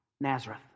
Nazareth